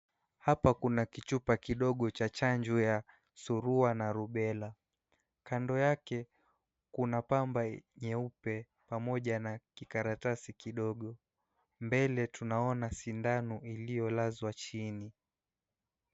Hapa kuna kichupa kidogo cha chanjo ya surua na rubela , kando yake kuna pamba nyeupe pamoja na kikaratasi kidogo mbele tunaona sindano iliyolazwa chini.